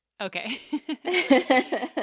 Okay